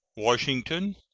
washington,